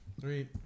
Three